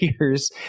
years